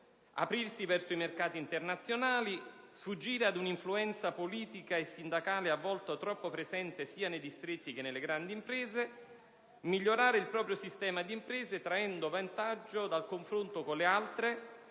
aprirsi verso i mercati internazionali, sfuggire ad un'influenza politica e sindacale a volte troppo presente sia nei distretti che nelle grandi imprese, migliorare il proprio sistema di impresa traendo vantaggio dal confronto con le altre